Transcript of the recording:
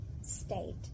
state